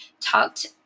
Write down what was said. talked